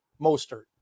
Mostert